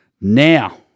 Now